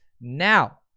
now